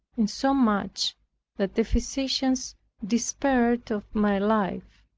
insomuch that the physicians despaired of my life.